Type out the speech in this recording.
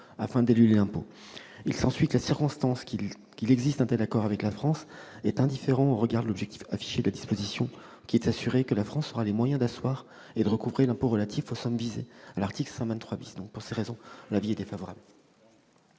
afin d'éluder l'impôt. Il s'ensuit que la circonstance qu'il existe un tel accord avec la France est indifférente au regard de l'objectif affiché de la disposition, qui est de s'assurer que la France aura les moyens d'asseoir et de recouvrer l'impôt relatif aux sommes visées à l'article 123 . La parole est à M. le